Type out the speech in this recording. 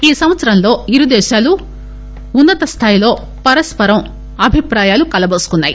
ఈ సంవత్సరంలో ఇరు దేశాలు ఉన్న తస్లాయిలో పరస్సరం అభిప్రాయాలు కలబోసుకున్నాయి